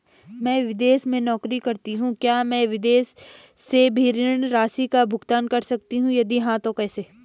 मैं विदेश में नौकरी करतीं हूँ क्या मैं विदेश से भी ऋण राशि का भुगतान कर सकती हूँ यदि हाँ तो कैसे?